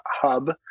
hub